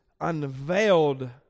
unveiled